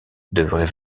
devrait